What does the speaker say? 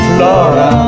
Flora